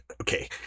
okay